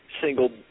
single